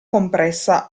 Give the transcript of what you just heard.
compressa